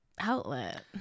outlet